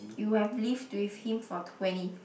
you have lived with him for twenty